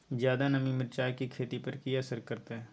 ज्यादा नमी मिर्चाय की खेती पर की असर करते?